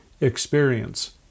experience